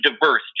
diverse